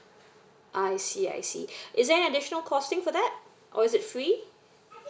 I see I see is there an additional costing for that or is it free